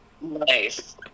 Nice